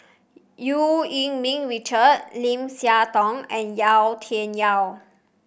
Eu Yee Ming Richard Lim Siah Tong and Yau Tian Yau